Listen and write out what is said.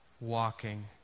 walking